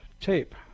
tape